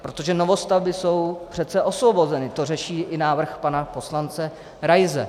Protože novostavby jsou přece osvobozeny, to řeší i návrh pana poslance Raise.